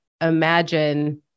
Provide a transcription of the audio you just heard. imagine